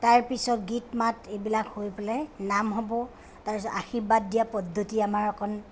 তাৰপিছত গীত মাত এইবিলাক হৈ পেলাই নাম হ'ব তাৰপিছত আশীৰ্বাদ দিয়া পদ্ধতি আমাৰ অকণ